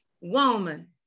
Woman